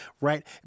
right